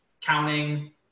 counting